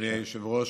אדוני היושב-ראש,